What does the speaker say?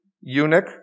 eunuch